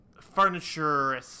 furniture